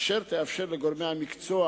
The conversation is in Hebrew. אשר תאפשר לגורמי המקצוע,